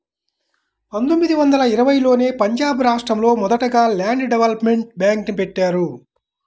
పందొమ్మిది వందల ఇరవైలోనే పంజాబ్ రాష్టంలో మొదటగా ల్యాండ్ డెవలప్మెంట్ బ్యేంక్ని బెట్టారు